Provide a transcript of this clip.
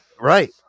Right